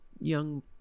young